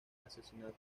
asesinato